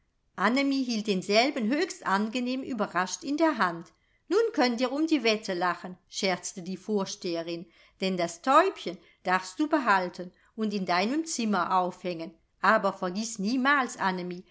annemie hielt denselben höchst angenehm überrascht in der hand nun könnt ihr um die wette lachen scherzte die vorsteherin denn das täubchen darfst du behalten und in deinem zimmer aufhängen aber vergiß niemals